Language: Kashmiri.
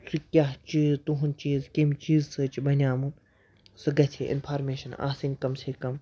سُہ کیٛاہ چیٖز تُہُنٛد چیٖز کٔمۍ چیٖز سۭتۍ چھِ بَنیٛامُت سُہ گژھِ ہے اِنفارمیشَن آسٕنۍ کَم سے کَم